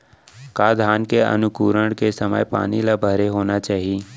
का धान के अंकुरण के समय पानी ल भरे होना चाही?